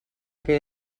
que